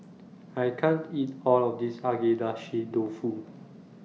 I can't eat All of This Agedashi Dofu